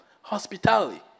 hospitality